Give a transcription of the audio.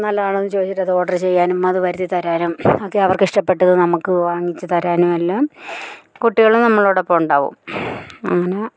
നല്ലതാണോ എന്ന് ചോദിച്ചിട്ടത് ഓർഡർ ചെയ്യാനും അത് വരുത്തി തരാനും ഒക്കെ അവർക്കിഷ്ടപ്പെട്ടത് നമുക്ക് വാങ്ങിച്ച് തരാനും എല്ലാം കുട്ടികളും നമ്മളോടൊപ്പം ഉണ്ടാവും അങ്ങനെ